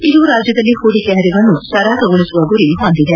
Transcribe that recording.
ಇದು ರಾಜ್ಲದಲ್ಲಿ ಹೂಡಿಕೆ ಹರಿವನ್ನು ಸರಾಗಗೊಳಿಸುವ ಗುರಿ ಹೊಂದಿದೆ